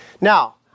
Now